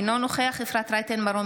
אינו נוכח אפרת רייטן מרום,